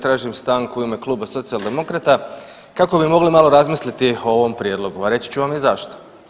Tražim stanku u ime Kluba Socijaldemokrata kako bi mogli malo razmisliti o ovom prijedlogu, a reći ću vam i zašto.